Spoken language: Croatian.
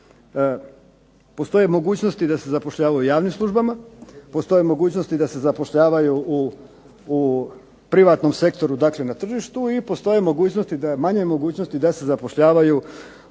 Postoje mogućnosti da se zapošljavaju u javnim službama, postoje mogućnosti da se zapošljavaju u privatnom sektoru, dakle na tržištu. I postoje mogućnosti da, manje mogućnosti da se zapošljavaju u